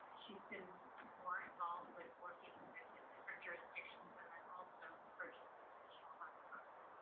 she's been more involved with working with the different jurisdictions, and then also purchased some additional hot spots.